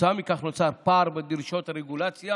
וכתוצאה מכך נוצר פער בדרישות הרגולציה